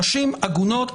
נשים עגונות,